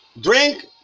Drink